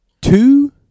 Two